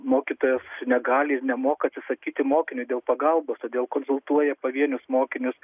mokytojas negali ir nemoka atsisakyti mokiniui dėl pagalbos todėl konsultuoja pavienius mokinius